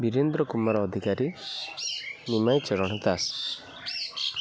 Birendra Kumar Adhikari Nimai Charan Das